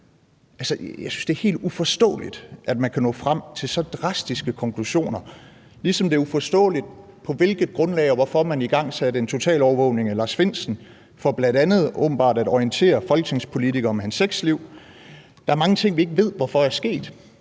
det er helt uforståeligt, at man kan nå frem til så drastiske konklusioner. På samme måde er det også uforståeligt, på hvilket grundlag og hvorfor man igangsatte en totalovervågning af Lars Findsen for bl.a. åbenbart at orientere folketingspolitikere om hans sexliv. Der er mange ting, vi ikke ved hvorfor er sket,